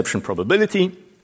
probability